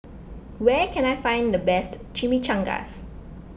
where can I find the best Chimichangas